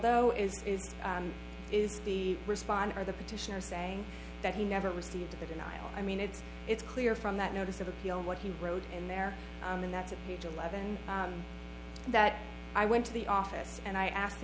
though is it is the response of the petitioner saying that he never received a denial i mean it's it's clear from that notice of appeal what he wrote in there and that's a page eleven that i went to the office and i asked